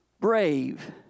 brave